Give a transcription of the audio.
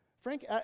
Frank